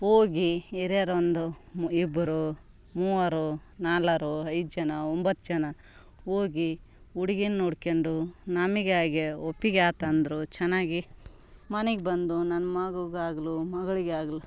ಹೋಗಿ ಹಿರಿಯರು ಒಂದು ಇಬ್ಬರು ಮೂವರು ನಾಲ್ವರು ಐದು ಜನ ಒಂಬತ್ತು ಜನ ಹೋಗಿ ಹುಡ್ಗಿನ ನೋಡಿಕೊಂಡು ನಮಗ್ಯಾಗೆ ಒಪ್ಪಿಗೆ ಆತಂದ್ರು ಚೆನ್ನಾಗಿ ಮನೆಗ್ ಬಂದು ನನ್ನ ಮಗುಗಾಗ್ಲಿ ಮಗಳಿಗಾಗ್ಲಿ